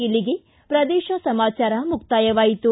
ಇಲ್ಲಿಗೆ ಪ್ರದೇಶ ಸಮಾಚಾರ ಮುಕ್ಕಾಯವಾಯಿತು